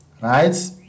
right